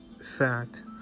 fact